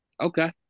Okay